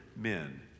men